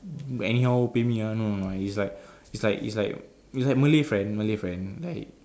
anyhow pay me ah no no no and it's like it's like it's like it's like malay friend malay friend like